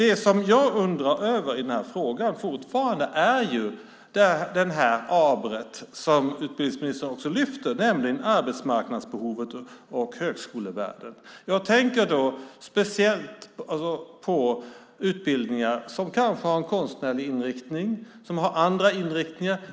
Det som jag fortfarande undrar över i den här frågan är ju detta aber som utbildningsministern också lyfter, nämligen arbetsmarknadsbehovet och högskolevärdet. Jag tänker då speciellt på utbildningar som kanske har en konstnärlig inriktning eller andra inriktningar.